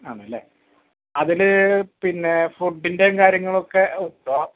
ആണ് അല്ലെ അതില് പിന്നേ ഫുഡിൻ്റെ കാര്യങ്ങളൊക്കെ ഉണ്ടോ